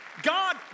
God